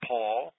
Paul